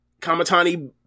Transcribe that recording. Kamatani